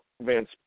Vance